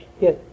Yes